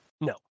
No